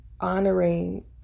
honoring